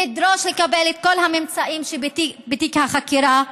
לדרוש לקבל את כל הממצאים שבתיק החקירה,